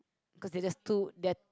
cause there are just too they ar~